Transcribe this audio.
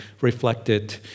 reflected